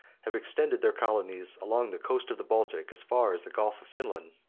have extended their colonies along the coast of the baltic, as far as the gulf of finland.